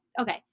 okay